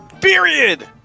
Period